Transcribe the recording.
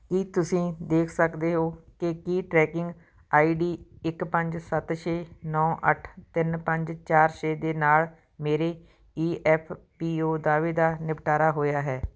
ਕੀ ਤੁਸੀਂ ਦੇਖ ਸਕਦੇ ਹੋ ਕਿ ਕੀ ਟਰੈਕਿੰਗ ਆਈ ਡੀ ਇੱਕ ਪੰਜ ਸੱਤ ਛੇ ਨੌ ਅੱਠ ਤਿੰਨ ਪੰਜ ਚਾਰ ਛੇ ਦੇ ਨਾਲ ਮੇਰੇ ਈ ਐੱਫ ਪੀ ਓ ਦਾਅਵੇ ਦਾ ਨਿਪਟਾਰਾ ਹੋਇਆ ਹੈ